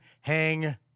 hang